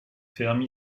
fermes